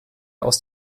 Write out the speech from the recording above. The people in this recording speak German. aus